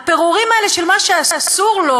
הפירורים האלה של מה שאסור לו,